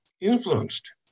influenced